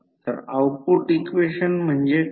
तर output equation म्हणजे काय